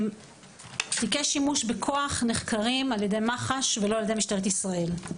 תיקי שימוש בכוח נחקרים על-ידי מח"ש ולא על-ידי משטרת ישראל.